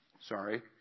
Sorry